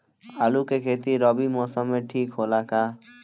आलू के खेती रबी मौसम में ठीक होला का?